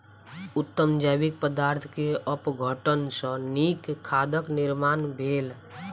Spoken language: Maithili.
उत्तम जैविक पदार्थ के अपघटन सॅ नीक खादक निर्माण भेल